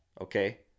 okay